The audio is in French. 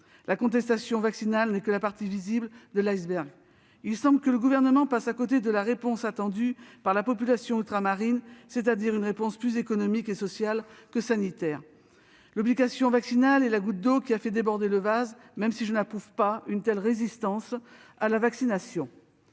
La contestation vaccinale n'est que la partie visible de l'iceberg. Il semble que le Gouvernement passe à côté de la réponse attendue par la population ultramarine, à savoir une réponse plus économique et sociale que sanitaire. L'obligation vaccinale est la « goutte d'eau qui a fait déborder le vase », même si je n'approuve pas une telle résistance à la vaccination.